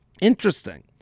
Interesting